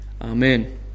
Amen